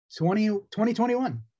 2021